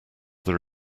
there